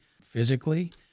physically